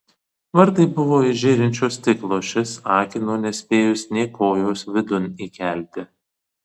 vartai buvo iš žėrinčio stiklo šis akino nespėjus nė kojos vidun įkelti